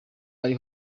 ari